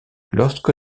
lorsque